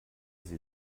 sie